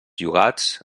llogats